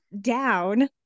down